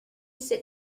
sit